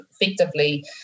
effectively